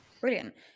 brilliant